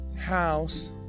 house